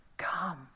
Come